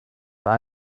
war